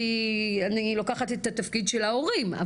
כי אני לוקחת את התפקיד של ההורים,